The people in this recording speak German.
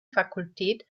fakultät